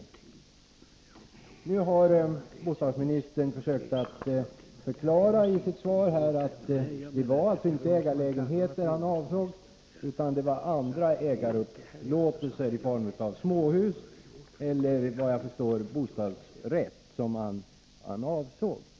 I sitt svar här har bostadsministern nu försökt förklara att det inte var ägarlägenheter han avsåg utan andra upplåtelser, t.ex. av småhus med äganderätt eller, vad jag förstår, bostadsrätt.